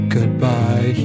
Goodbye